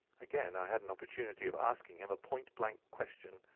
again i had an opportunity of asking him a point blank question,